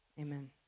Amen